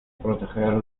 proteger